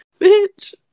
bitch